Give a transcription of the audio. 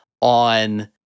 on